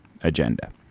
agenda